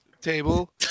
table